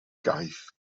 gaeth